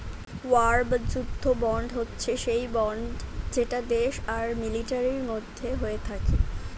war বা যুদ্ধ bond হচ্ছে সেই বন্ড যেটা দেশ আর মিলিটারির মধ্যে হয়ে থাকে